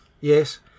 Yes